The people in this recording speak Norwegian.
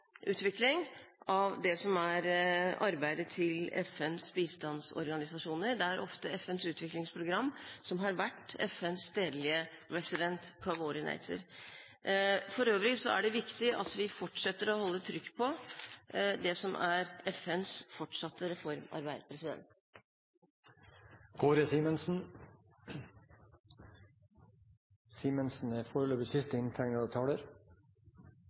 utvikling av det som er arbeidet til FNs bistandsorganisasjoner. Det er ofte FNs utviklingsprogram som har vært FNs stedlige Resident Coordinator. For øvrig er det viktig at vi fortsetter å holde trykk på det som er FNs fortsatte reformarbeid.